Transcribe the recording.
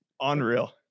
Unreal